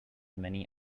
many